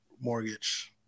mortgage